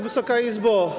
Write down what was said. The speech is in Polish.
Wysoka Izbo!